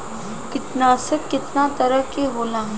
कीटनाशक केतना तरह के होला?